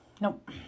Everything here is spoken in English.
Nope